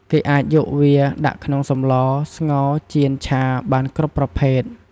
គេអាចយកវាដាក់ក្នុងសម្ល ស្ងោ ចៀន ឆា បានគ្រប់ប្រភេទ។